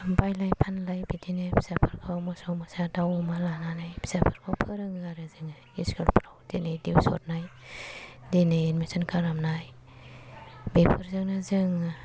बायलाय फानलाय बिदिनो फिसाफोरखौ मोसौ मोसा दाव अमा लानानै फिसाफोरखौ फोरोङो आरो जोङो इस्कलफ्राव जेरै डिउस हरनाय एडमिसन खालामनाय बेफोरजोंनो जोङो